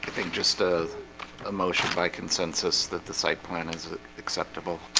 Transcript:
thing just as a motion by consensus that the site plan is acceptable.